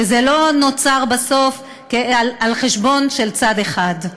שזה לא נוצר בסוף על חשבון צד אחד.